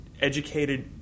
educated